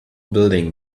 building